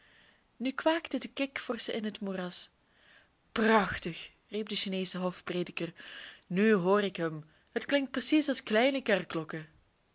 nu kwaakten de kikvorschen in het moeras prachtig riep de chineesche hofprediker nu hoor ik hem het klinkt precies als kleine kerkklokken